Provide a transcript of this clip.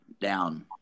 down